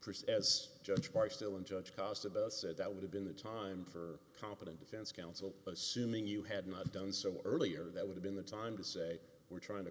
priest as judge part still in judge cost about said that would have been the time for competent defense counsel assuming you had not done so earlier that would have been the time to say we're trying to